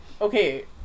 okay